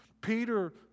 Peter